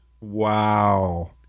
wow